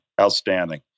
Outstanding